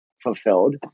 Fulfilled